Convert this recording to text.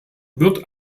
wird